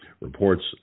Reports